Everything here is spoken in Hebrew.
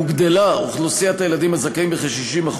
הוגדלה אוכלוסיית הילדים הזכאים בכ-60%,